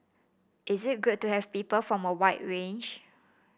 is it good to have people from a wide range